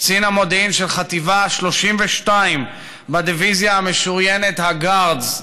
קצין המודיעין של חטיבה 32 בדיביזיה המשוריינת ה"גארדס",